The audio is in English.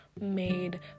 Made